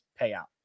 payout